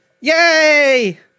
Yay